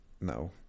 no